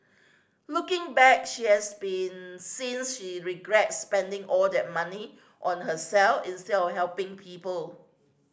looking back she has been since she regrets spending all that money on herself instead of helping people